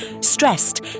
stressed